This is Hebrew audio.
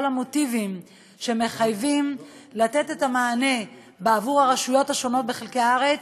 המוטיבים שמחייבים לתת את המענה בעבור הרשויות השונות בחלקי הארץ,